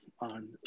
on